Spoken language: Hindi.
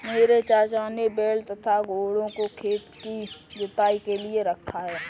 मेरे चाचा ने बैल तथा घोड़ों को खेत की जुताई के लिए रखा है